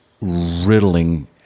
riddling